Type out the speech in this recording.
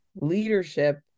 leadership